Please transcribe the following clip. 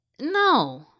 No